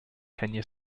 kenya